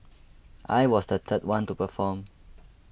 I was the third one to perform